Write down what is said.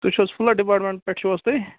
تُہۍ چھُو حظ فُلَڈ ڈِپامٮ۪نٛٹ پٮ۪ٹھ چھُو حظ تُہۍ